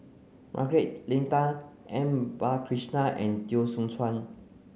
Margaret Leng Tan M Balakrishnan and Teo Soon Chuan